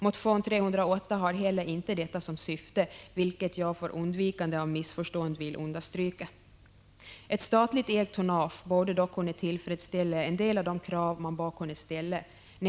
Motion T308 har heller inte detta som syfte, vilket jag för undvikande av missförstånd vill understryka. Ett statligt ägt tonnage borde då kunna tillfredsställa en del av de krav som man kan ställa.